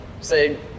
say